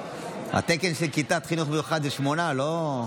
התקן של כיתת חינוך מיוחד הוא שמונה, לא,